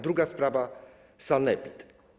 Druga sprawa: sanepid.